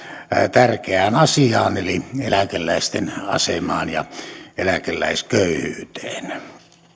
tärkeään asiaan eli eläkeläisten asemaan ja eläkeläisköyhyyteen